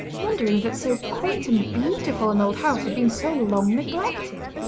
wondering that so quaint and beautiful an old house had been so long neglected.